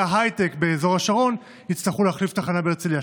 ההייטק באזור השרון יצטרכו להחליף רכבת בהרצליה.